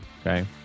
okay